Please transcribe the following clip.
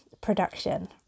production